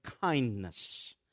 kindness